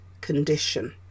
condition